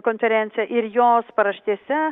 konferenciją ir jos paraštėse